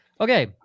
Okay